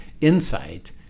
insight